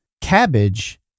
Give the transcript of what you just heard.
cabbage